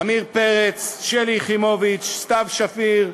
עמיר פרץ, שלי יחימוביץ, סתיו שפיר,